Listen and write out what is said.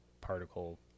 particle –